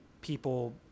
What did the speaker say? people